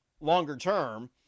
longer-term